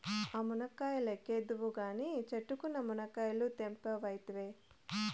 ఆ మునక్కాయ లెక్కేద్దువు కానీ, చెట్టుకున్న మునకాయలు తెంపవైతివే